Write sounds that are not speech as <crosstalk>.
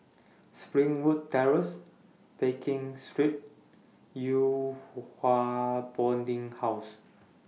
Springwood Terrace Pekin Street Yew <noise> Hua Boarding House